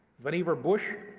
vannevar bush,